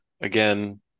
again